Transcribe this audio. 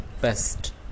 best